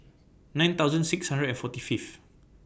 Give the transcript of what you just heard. nine thousand six hundred and forty Fifth